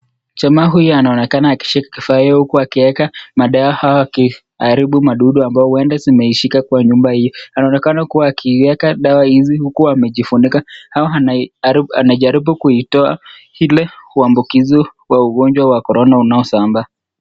Jamaa huyu anaonekana akishika kifaa hio huku akiweka madawa ya kuharibu madudu ambayo huenda zimeshika kwa nyumba hiyo. Anaonekana kuwa akiweka dawa hizi huku amejifunika. Au anaharibu anajaribu kuitoa ule uambukizo wa ugonjwa wa corona unaosambaa.